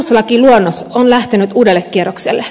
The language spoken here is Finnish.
vanhuslakiluonnos on lähtenyt uudelle kierrokselle